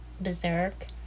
berserk